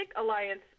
Alliance